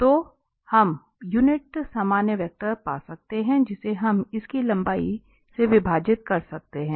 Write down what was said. तो हम यूनिट सामान्य वेक्टर पा सकते हैं और जिसे हम इसकी लंबाई से विभाजित कर सकते हैं